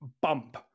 bump